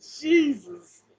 Jesus